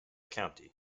county